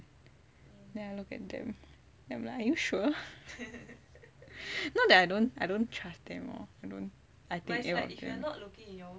then I look at them then I'm like are you sure not that I don't I don't trust them lor